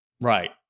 right